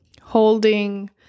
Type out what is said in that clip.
holding